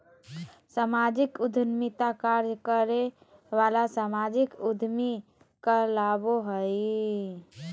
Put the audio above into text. सामाजिक उद्यमिता कार्य करे वाला सामाजिक उद्यमी कहलाबो हइ